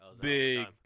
Big